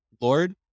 Lord